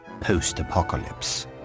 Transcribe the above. Post-Apocalypse